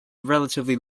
relatively